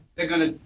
they're going to